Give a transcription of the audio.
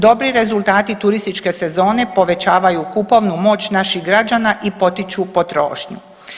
Dobri rezultati turističke sezone povećavaju kupovnu moć naših građana i potiču potrošnju.